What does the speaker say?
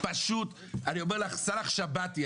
פשוט סאלח שבתי.